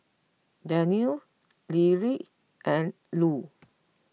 Danniel Lyric and Lue